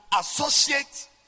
associate